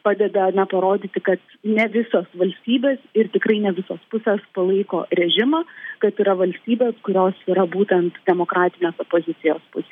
padeda na parodyti kad ne visos valstybės ir tikrai ne visos pusės palaiko režimą kad yra valstybės kurios yra būtent demokratinės opozicijos pusėj